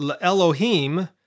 Elohim